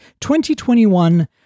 2021